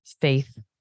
faith